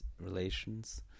relations